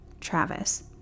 Travis